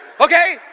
Okay